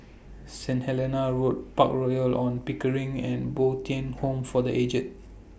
Saint Helena Road Park Royal on Pickering and Bo Tien Home For The Aged